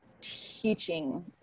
teaching